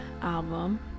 album